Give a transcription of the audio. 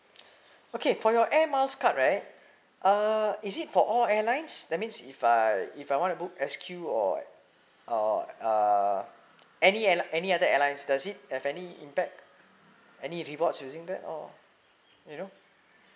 okay for your air miles card right uh is it for all airlines that means if I if I want to book S_Q or uh uh any air~ any other airlines does it have any impact any rewards using that or you know